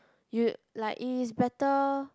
you like it is better